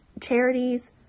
charities